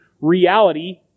reality